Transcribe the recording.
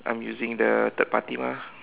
I'm using the third party mah